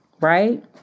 right